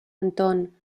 anton